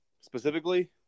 specifically